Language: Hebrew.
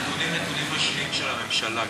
הנתונים הם נתונים רשמיים של הממשלה.